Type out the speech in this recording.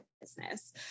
business